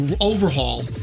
overhaul